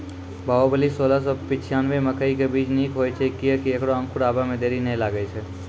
बाहुबली सोलह सौ पिच्छान्यबे मकई के बीज निक होई छै किये की ऐकरा अंकुर आबै मे देरी नैय लागै छै?